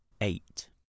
eight